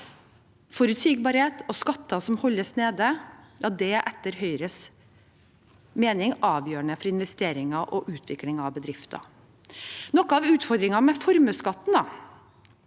Forutsigbarhet og skatter som holdes nede, er etter Høyres mening avgjørende for investeringer og utvikling av bedrifter. Noe av utfordringen med formuesskatten